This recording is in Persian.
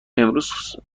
امروز